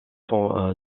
sont